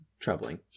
Troubling